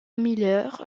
miller